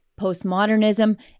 postmodernism